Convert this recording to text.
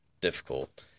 difficult